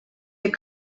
your